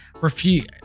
refuse